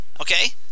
okay